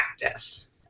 Practice